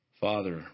Father